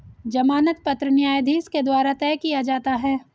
जमानत पत्र न्यायाधीश के द्वारा तय किया जाता है